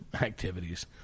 activities